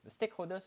the stakeholders